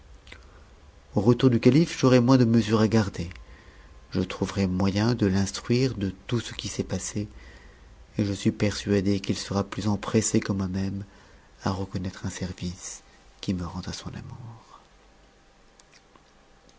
retour du calife j'aurai moins de mesure à garder je trouverai moyen de l'instruire de tout ce qui s'est passé et je suis persuadée qu'il sera plus empressé que moi-même à reconnattre un service qui me rend a son amour